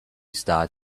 start